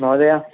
महोदय